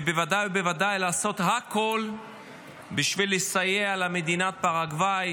ובוודאי ובוודאי לעשות הכול בשביל לסייע למדינת פרגוואי